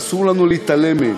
ואסור לנו להתעלם מהן.